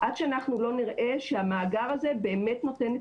עד שאנחנו לא נראה שהמאגר הזה נותן את